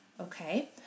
Okay